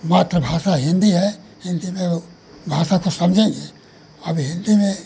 मात्रभाषा हिन्दी है हिन्दी में वह भाषा को समझेंगे अब हिन्दी में